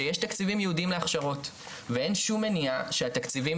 שיש תקציבים ייעודיים להכשרות ואין שום מניעה שהתקציבים